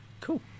Cool